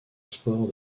sport